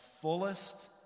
fullest